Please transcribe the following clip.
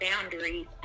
boundaries